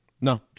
No